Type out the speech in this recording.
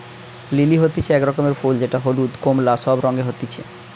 lily হতিছে এক রকমের ফুল যেটা হলুদ, কোমলা সব রঙে হতিছে